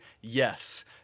yes